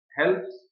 helps